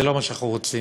זה לא מה שאנחנו רוצים.